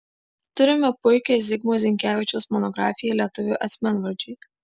turime puikią zigmo zinkevičiaus monografiją lietuvių asmenvardžiai